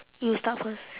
you start first